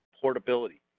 portability